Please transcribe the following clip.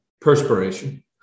perspiration